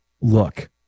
look